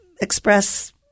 express